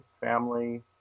family